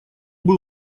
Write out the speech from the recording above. был